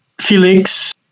Felix